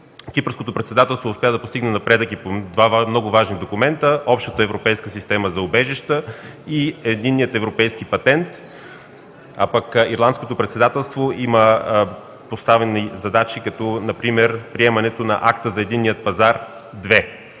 Кипърското председателство успя да постигне напредък и по два много важни документа – Общата европейска система за убежища и Единния европейски патент, пък Ирландското председателство има поставени задачи, като например приемането на Акт за единния пазар –